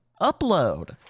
upload